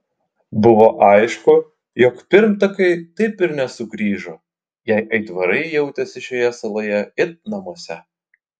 buvo aišku jog pirmtakai taip ir nesugrįžo jei aitvarai jautėsi šioje saloje it namuose